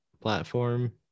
platform